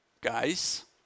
guys